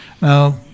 Now